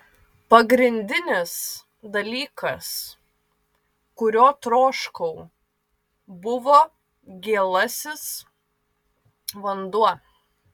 pagrindinis dalykas kurio troškau buvo gėlasis vanduo